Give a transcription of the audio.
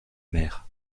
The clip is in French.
mer